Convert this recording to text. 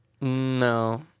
No